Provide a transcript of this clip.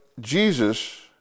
Jesus